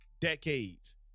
decades